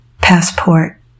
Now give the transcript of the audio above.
Passport